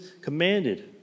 commanded